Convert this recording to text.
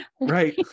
Right